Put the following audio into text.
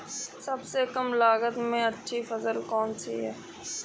सबसे कम लागत में अच्छी फसल कौन सी है?